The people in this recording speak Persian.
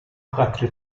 قطره